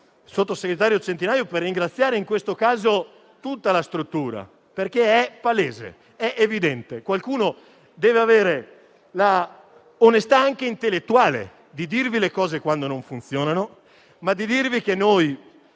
sottosegretario Centinaio per ringraziare in questo caso tutta la struttura. È palese, qualcuno deve avere l'onestà anche intellettuale di dirvi le cose quando non funzionano, ma di dirvi che noi,